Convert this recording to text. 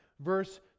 verse